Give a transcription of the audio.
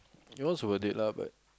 you know it's worth it lah but